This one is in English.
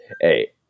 hey